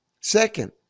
Second